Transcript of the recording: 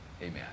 amen